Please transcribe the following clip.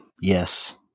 Yes